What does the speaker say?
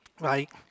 right